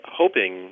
hoping